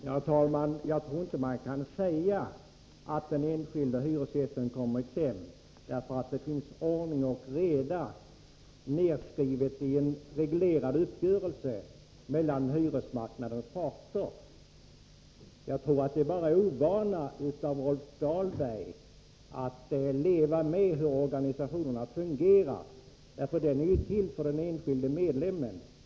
Herr talman! Jag tror inte att man kan säga att den enskilde hyresgästen kommer i kläm. Det som skall gälla finns noga reglerat i en uppgörelse mellan hyresmarknadens parter. Jag tror att Rolf Dahlbergs farhågor bottnar i en ovana vid att ta del av hur organisationerna fungerar. En organisation är ju till för den enskilde medlemmen.